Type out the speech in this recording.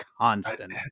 constant